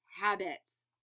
habits